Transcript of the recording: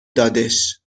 دادش